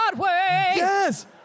Yes